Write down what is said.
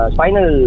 final